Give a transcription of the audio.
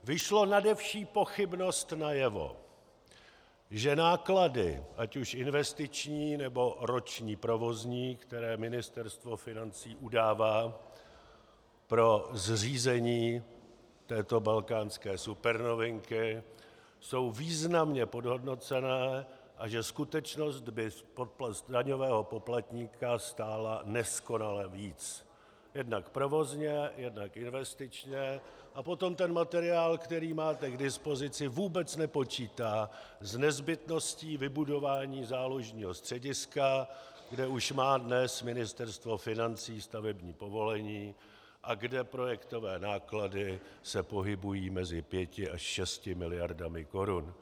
Vyšlo nade vši pochybnost najevo, že náklady ať už investiční, nebo roční provozní, které Ministerstvo financí udává pro zřízení této balkánské supernovinky jsou významně podhodnocené a že skutečnost by daňového poplatníka stála neskonale víc, jednak provozně, jednak investičně, a potom ten materiál, který máte k dispozici, vůbec nepočítá s nezbytností vybudování záložního střediska, kde už má dnes Ministerstvo financí stavební povolení a kde projektové náklady se pohybují mezi 5 až 6 miliardami korun.